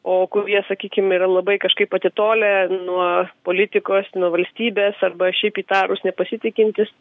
o kurie sakykim yra labai kažkaip atitolę nuo politikos nuo valstybės arba šiaip įtarūs nepasitikintys